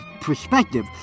perspective